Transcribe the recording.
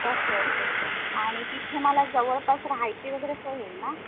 okay okay आणि तिथे मला जवळपास राहायची वगैरे सोय होईल ना